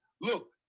Look